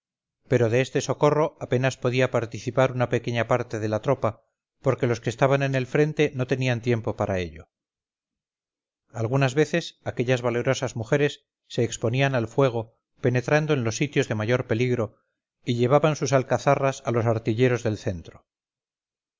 pero de este socorro apenas podía participar una pequeña parte de la tropa porque los que estaban en el frente no tenían tiempo para ello algunas veces aquellas valerosas mujeres se exponían al fuego penetrando en los sitios de mayor peligro y llevaban sus alcarrazas a los artilleros del centro